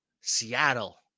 Seattle